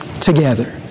together